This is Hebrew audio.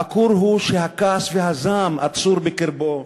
העקור הוא שהכעס והזעם אצורים בקרבו.